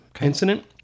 incident